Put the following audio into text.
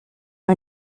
are